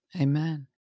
Amen